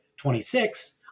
26